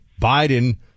biden